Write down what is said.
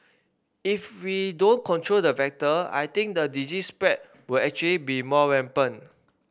if we don't control the vector I think the disease spread will actually be more rampant